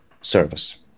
service